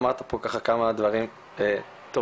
אמרת פה כמה דברים טובים.